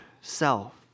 self